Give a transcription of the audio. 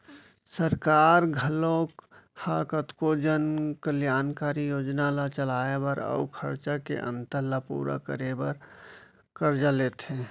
सरकार घलोक ह कतको जन कल्यानकारी योजना ल चलाए बर अउ खरचा के अंतर ल पूरा करे बर करजा लेथे